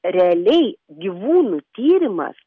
realiai gyvūnų tyrimas